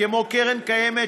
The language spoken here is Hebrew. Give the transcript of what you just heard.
כמו קרן קיימת,